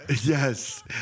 yes